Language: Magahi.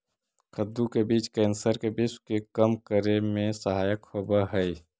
कद्दू के बीज कैंसर के विश्व के कम करे में सहायक होवऽ हइ